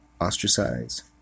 ostracize